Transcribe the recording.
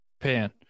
pan